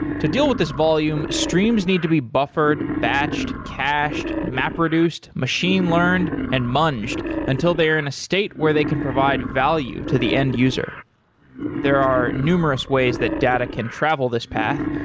to deal with this volume, streams need to be buffered, batched, cached, map reduced, machine learned and munched until they are in a state where they can provide value to the end user there are numerous ways that data can travel this path.